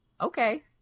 okay